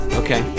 okay